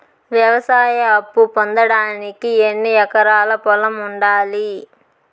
వ్యవసాయ అప్పు పొందడానికి ఎన్ని ఎకరాల పొలం ఉండాలి?